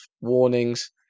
warnings